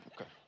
Okay